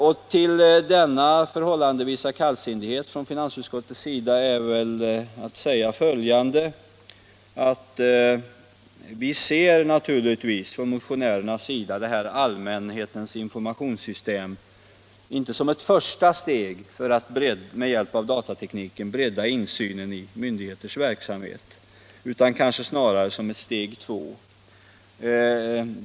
Om denna relativa kallsinnighet från finansutskottets sida är att säga följande: Från motionärernas sida ser vi naturligtvis detta allmänhetens informationssystem inte som ett första steg att med hjälp av datatekniken bredda insynen i myndigheternas verksamhet utan kanske snarare som ett steg två.